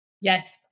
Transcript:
Yes